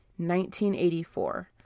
1984